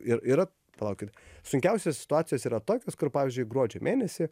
ir yra palaukit sunkiausios situacijos yra tokios kur pavyzdžiui gruodžio mėnesį